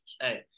hey